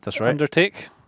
undertake